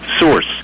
Source